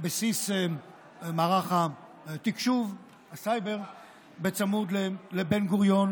בסיס מערך התקשוב והסייבר בצמוד לבן-גוריון,